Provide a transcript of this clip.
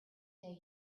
day